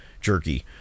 jerky